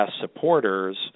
supporters